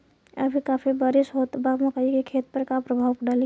अभी काफी बरिस होत बा मकई के खेत पर का प्रभाव डालि?